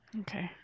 Okay